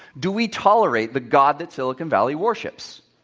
do we tolerate the god that silicon valley worships?